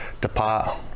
depart